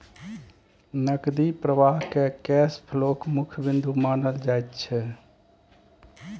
नकदी प्रवाहकेँ कैश फ्लोक मुख्य बिन्दु मानल जाइत छै